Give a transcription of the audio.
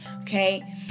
okay